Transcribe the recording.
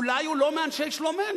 אולי הוא לא מאנשי שלומנו.